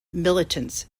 militants